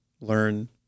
learn